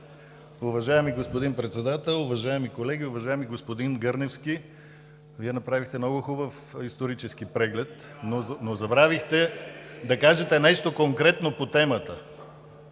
Уважаеми господин Председател, уважаеми колеги! Уважаеми господин Гърневски, Вие направихте много хубав исторически преглед, но забравихте да кажете нещо конкретно по темата.